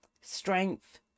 strength